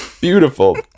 Beautiful